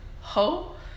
hope